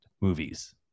movies